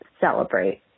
celebrate